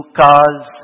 cars